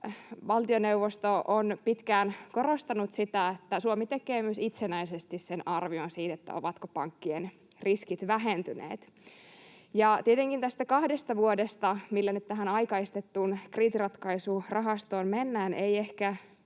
valtioneuvosto on pitkään korostanut sitä, että Suomi tekee itsenäisesti sen arvion, ovatko pankkien riskit vähentyneet. Tietenkään tästä kahdesta vuodesta, millä nyt tähän aikaistettuun kriisinratkaisurahastoon mennään, ei ehkä